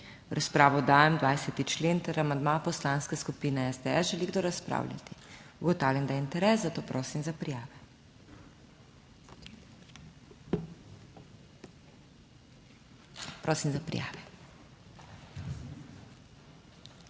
V razpravo dajem 20. člen ter amandma Poslanske skupine SDS. Želi kdo razpravljati? (Da.) Ugotavljam, da je interes, zato prosim za prijave. Prosim za prijave.